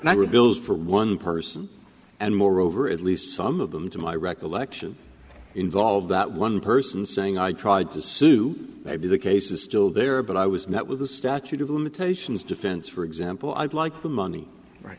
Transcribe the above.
billed for one person and moreover at least some of them to my recollection involve that one person saying i tried to sue maybe the case is still there but i was met with the statute of limitations defense for example i'd like the money right